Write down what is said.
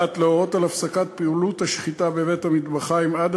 1. להורות על הפסקת פעילות השחיטה בבית-המטבחיים עד